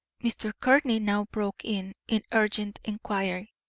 mr. courtney now broke in, in urgent inquiry.